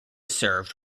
served